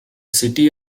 city